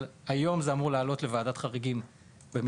אבל היום זה אמור להגיע לוועדת החריגים במשרד